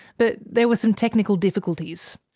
but there were some technical difficulties.